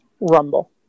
Rumble